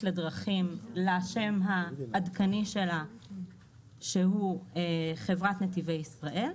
לדרכים לשם העדכני שהוא חברת נתיבי ישראל,